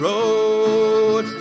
Road